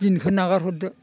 दिनखोन नागार हरदो